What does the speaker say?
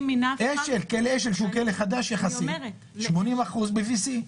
כלא אשל שהוא כלא חדש יחסית, 80% ב-VC.